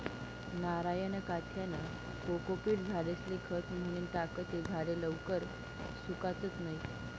नारयना काथ्यानं कोकोपीट झाडेस्ले खत म्हनीन टाकं ते झाडे लवकर सुकातत नैत